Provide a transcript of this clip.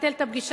ביטל את הפגישה,